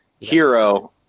hero